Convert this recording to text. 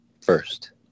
first